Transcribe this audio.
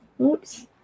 Oops